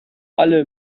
alle